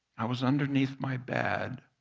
i was underneath my bed,